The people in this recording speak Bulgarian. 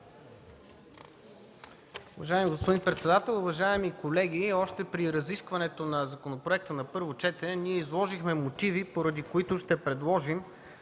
Уважаеми господин председател, уважаеми колеги! Още при разискването на законопроекта на първо четене изложихме мотиви, поради които ще предложим